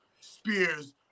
spears